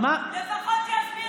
לפחות שיסביר